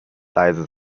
leise